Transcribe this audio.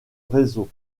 réseaux